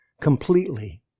completely